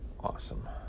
Awesome